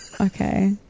Okay